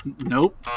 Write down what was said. Nope